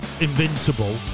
invincible